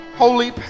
Holy